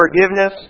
forgiveness